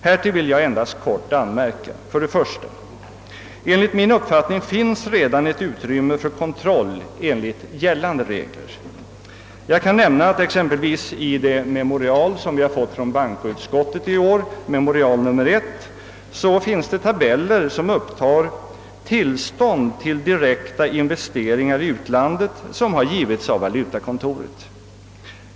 Härtill vill jag kortfattat anmärka följande. 1. Min uppfattning är att det redan finns ett utrymme för kontroll enligt gällande regler. Jag kan nämna att exempelvis i bankoutskottets memorial nr 1 till årets riksdag finns det tabeller som upptar tillstånd till direkta investeringar i utlandet, som givits av valutastyrelsen.